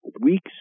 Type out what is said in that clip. weeks